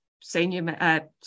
senior